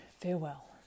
Farewell